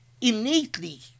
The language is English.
innately